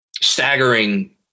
staggering